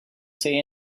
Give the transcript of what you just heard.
say